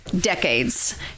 Decades